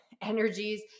energies